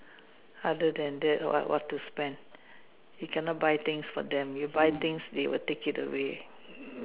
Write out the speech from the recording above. other than that what what to spend you cannot buy things for them you buy things they will take it away